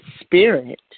spirit